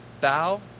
Bow